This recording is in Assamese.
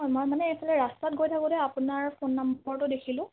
হয় মই মানে এইফালে ৰাস্তাত গৈ থাকোতে আপোনাৰ ফোন নম্বৰটো দেখিলোঁ